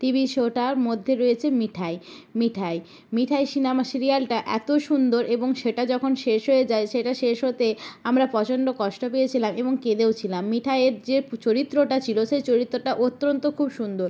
TV show টার মধ্যে রয়েছে মিঠাই মিঠাই মিঠাই সিনেমা সিরিয়ালটা এত সুন্দর এবং সেটা যখন শেষ হয়ে যায় সেটা শেষ হতে আমরা প্রচণ্ড কষ্ট পেয়েছিলাম এবং কেঁদেওছিলাম মিঠাইয়ের যে চরিত্রটা ছিল সেই চরিত্রটা অত্যন্ত খুব সুন্দর